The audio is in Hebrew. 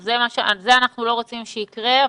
זה, אנחנו לא רוצים שיקרה.